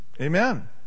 Amen